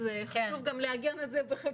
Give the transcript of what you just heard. אז חשוב גם לעגן את זה בחקיקה.